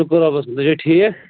شُکُر رۄبَس کُن تُہۍ چھِوا ٹھیٖک